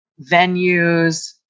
venues